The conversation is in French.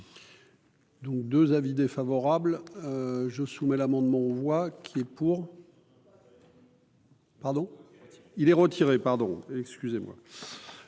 Donc 2 avis défavorables je soumets l'amendement voit qui est pour. Pardon il est retiré, pardon, excusez-moi.